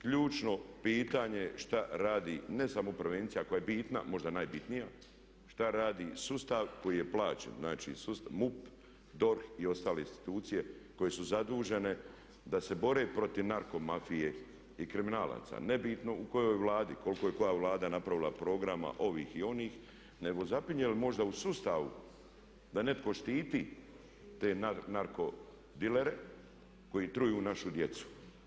Ključno pitanje je što radi ne samo prevencija koja je bitna, možda najbitnija, što radi sustav koji je plaćen, znači MUP, DORH i ostale institucije koje su zadužene da se bore protiv narko mafije i kriminalaca nebitno u kojoj Vladi i koliko je koja Vlada napravila programa ovih i onih nego zapinje li možda u sustavu da netko štiti te narko dilere koji truju našu djecu?